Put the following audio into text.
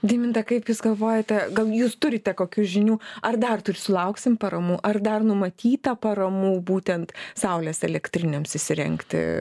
deiminta kaip jūs galvojate gal jūs turite kokių žinių ar dar sulauksim paramų ar dar numatyta paramų būtent saulės elektrinėms įsirengti